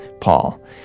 Paul